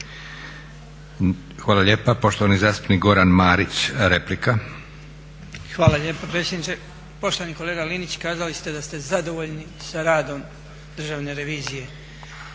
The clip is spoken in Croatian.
Hvala lijepa. Poštovani zastupnik Goran Marić, replika. **Marić, Goran (HDZ)** Hvala lijepa predsjedniče. Poštovani kolega Linić kazali ste da ste zadovoljni sa radom Državne revizije.